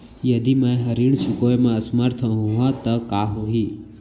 यदि मैं ह ऋण चुकोय म असमर्थ होहा त का होही?